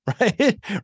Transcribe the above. right